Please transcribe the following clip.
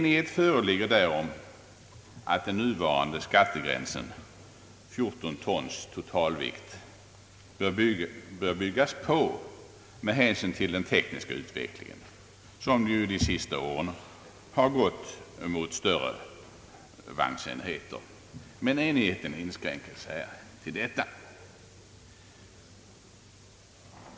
Enighet föreligger om att den nuvarande skattegränsen, 14 tons totalvikt, bör byggas på med hänsyn till den tek niska utvecklingen, som ju under de senaste åren gått mot större vagnsenheter. Men enigheten inskränker sig till detta.